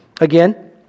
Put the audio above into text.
again